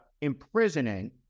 imprisoning